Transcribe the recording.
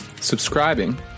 subscribing